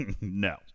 No